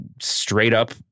straight-up